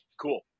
cool